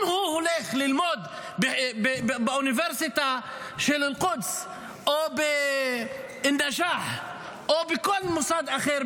אם הוא הולך ללמוד באוניברסיטת אל-קודס או בא-נג'אח או בכל מוסד אחר,